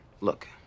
look